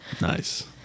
Nice